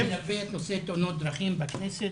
הוא מלווה את נושא תאונות הדרכים בכנסת.